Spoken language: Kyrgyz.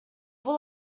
бул